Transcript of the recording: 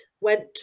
went